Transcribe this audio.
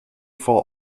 vor